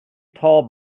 tall